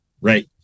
right